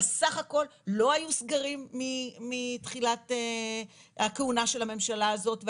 בסך הכל לא היו סגרים מתחילת הכהונה של הממשלה הזאת.